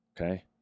okay